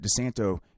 DeSanto